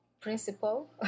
principal